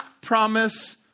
promise